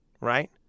right